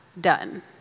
done